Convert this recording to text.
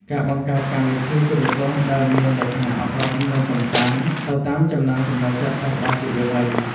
ការបង្កើតកម្មវិធីទូរទស្សន៍ដែលមានលក្ខណៈអប់រំនិងកម្សាន្តទៅតាមចំណង់ចំណូលចិត្តរបស់យុវវ័យ។